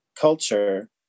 culture